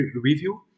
Review